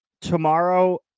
tomorrow